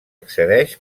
accedeix